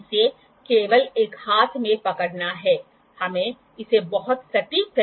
तो आपके पास एक टेपर होगा ठीक है